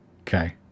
Okay